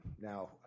Now